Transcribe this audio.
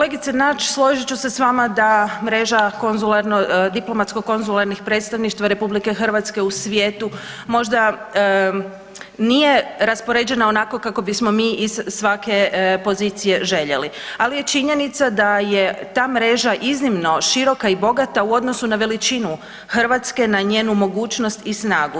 Kolegice Nađ složit ću se s vama da mreža diplomatsko-konzularnih predstavništva RH u svijetu možda nije raspoređena onako kako bismo mi iz svake pozicije željeli, ali je činjenica da je ta mreža iznimno široka i bogata u odnosu na veličinu Hrvatske, na njenu mogućnost i snagu.